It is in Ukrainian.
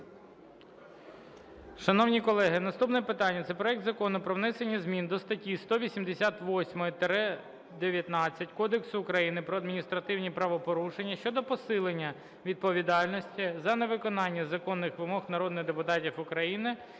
Шановні колеги, наступне питання – це проект Закону про внесення змін до статті 188-19 Кодексу України про адміністративні правопорушення щодо посилення відповідальності за невиконання законних вимог народних депутатів України,